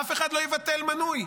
אף אחד לא יבטל מנוי,